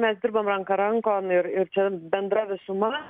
mes dirbom ranka rankon ir ir čia bendra visuma